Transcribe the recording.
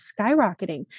skyrocketing